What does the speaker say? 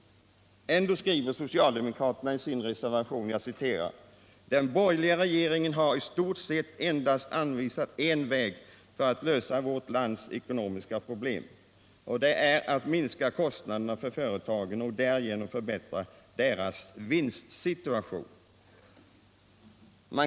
Ändå skriver socialdemokraterna i sin reservation: ”Den borgerliga regeringen har i stort sett endast anvisat en väg för att lösa vårt lands ekonomiska problem och det är att minska kostnaderna för företagen och därigenom förbättra deras vinstsituation.